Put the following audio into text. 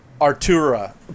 Artura